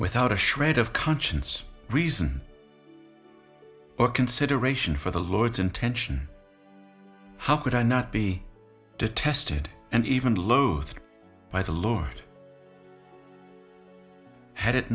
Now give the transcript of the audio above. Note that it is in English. without a shred of conscience reason or consideration for the lord's intention how could i not be detested and even loathed by the lord had it